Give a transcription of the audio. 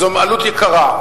וזאת עלות יקרה.